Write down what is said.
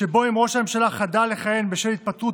שבו אם ראש הממשלה חדל לכהן בשל התפטרות,